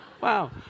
wow